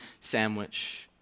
sandwich